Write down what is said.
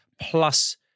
plus